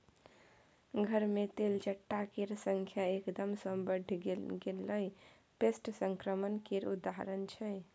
घर मे तेलचट्टा केर संख्या एकदम सँ बढ़ि गेनाइ पेस्ट संक्रमण केर उदाहरण छै